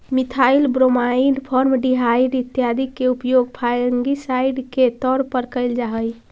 methyl bromide, formaldehyde इत्यादि के उपयोग फंगिसाइड के तौर पर कैल जा हई